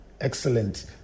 Excellent